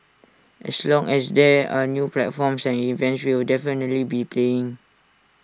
as long as there are new platforms and events we'll definitely be paying